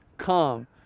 Come